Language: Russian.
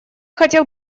хотел